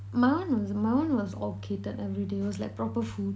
my [one] was my [one] was all catered every day it was like proper food